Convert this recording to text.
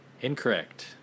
incorrect